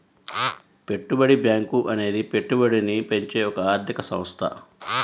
పెట్టుబడి బ్యాంకు అనేది పెట్టుబడిని పెంచే ఒక ఆర్థిక సంస్థ